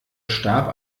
starb